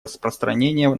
распространения